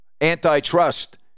antitrust